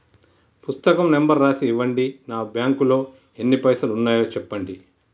పుస్తకం నెంబరు రాసి ఇవ్వండి? నా బ్యాంకు లో ఎన్ని పైసలు ఉన్నాయో చెప్పండి?